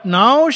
now